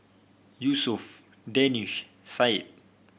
Yusuf Danish Syed